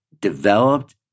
developed